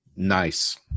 Nice